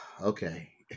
Okay